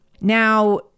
Now